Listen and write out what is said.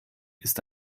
ist